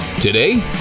Today